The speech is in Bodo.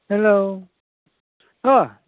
हेल्ल' औ